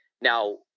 now